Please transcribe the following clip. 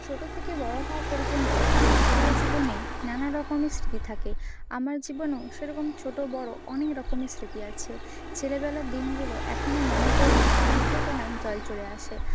ছোটো থেকে বড়ো হওয়া পর্যন্ত সবার জীবনেই নানা রকমের স্মৃতি থাকে আমার জীবনও সেরকম ছোটো বড়ো অনেক রকমের স্মৃতি আছে ছেলেবেলার দিনগুলো এখনও মনে পড়লে চোখের কোনায় জল চলে আসে